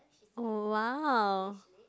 oh !wow!